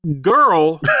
girl